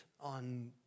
on